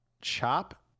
Chop